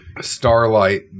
Starlight